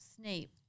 Snape